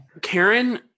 Karen